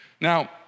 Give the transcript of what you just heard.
Now